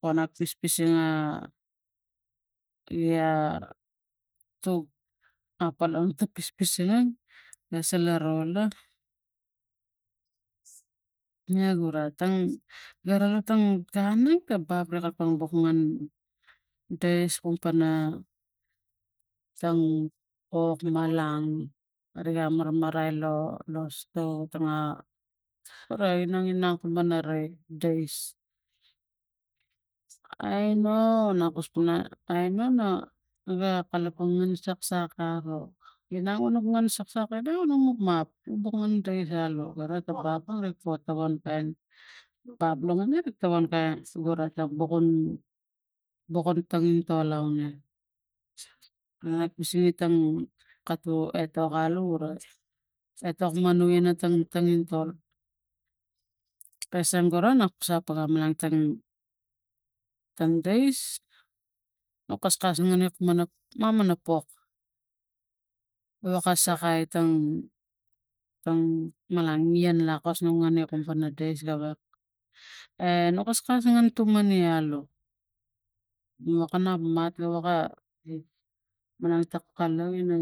pona pispisinga nia tuk apalang ta pispisining na sala ro la ne gura atang gara la tang ta aneng ka bap ri kalapang buk ngan dais kul pana tang pok malang arik ga marmarai lo sto otanga gara inang inang kamana rai dais ai nu nakus pana ai nu iga kalapang ngan saksakak aro inang wa nuk ngan saksak ano nuk map nubuk ngan dais alo gara tang bapangg rik bot tawan kain bap longaniang rik tawan kain gura tang bukun bukun tangintol auneng na na kasunge tang kato etok alu gura etok manu ina tang tongintol kaseng gura na kasau panga malang tang ten dais nu kaskas ngani kumana mamana pok wewak ta sakai tang tang malng nia lakos ina ngian i kom pana dais gawek e nu kaskas ni ngan tuwe alu wewak pana mat wewak tam kalai ina.